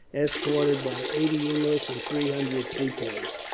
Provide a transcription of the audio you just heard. escorted by eighty english and three hundred sepoys.